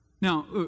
Now